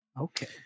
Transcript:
Okay